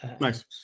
nice